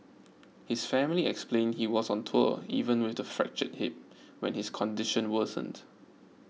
his family explained he was on tour even with the fractured hip when his condition worsened